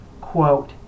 quote